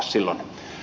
ei saa ed